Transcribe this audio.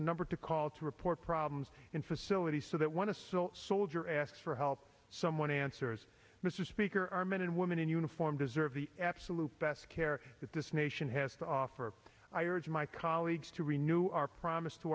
a number to call to report problems in facilities so that one of soldier asks for help someone answers mr speaker our men and women in uniform deserve the absolute best care that this nation has to offer my colleagues to renew our promise to